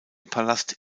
palast